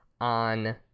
on